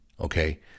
okay